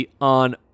on